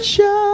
Show